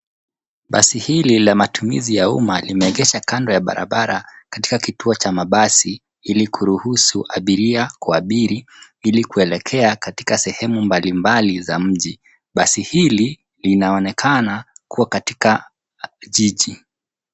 Basi hili la matumizi ya umma limeegeshwa kando ya barabara katika kotuo cha mabasi ili kuruhusu abiria kuabiri ili kuelekea katika sehemu mbalimbali za mji. Basi hili linaonekana kuwa katika jiji.